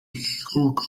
ushinzwe